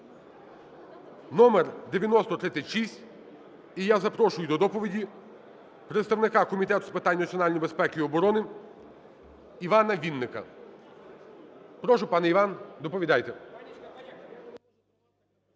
№ 9036. І я запрошую до доповіді представника Комітету з питань національної безпеки і оборони Івана Вінника. Прошу, пане Іван, доповідайте.